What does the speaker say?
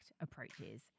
approaches